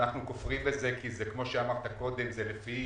ואנחנו כופרים בזה כי זה כמו שאמרת קודם לפי